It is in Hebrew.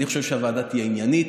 אני חושב שהוועדה תהיה עניינית,